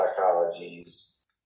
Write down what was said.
psychologies